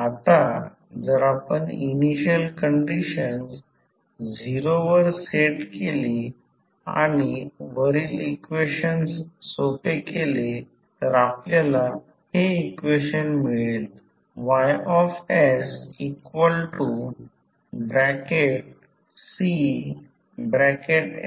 आता जर आपण इनिशियल कंडिशन्स 0 वर सेट केली आणि वरील इक्वेशन सोपे केले तर आपल्याला हे इक्वेशन मिळेल YsCsI A 1BDUs HsYUCsI A